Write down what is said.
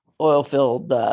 oil-filled